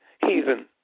heathen